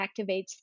activates